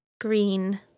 green